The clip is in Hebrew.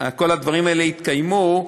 הדברים הללו יתקיימו,